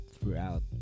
throughout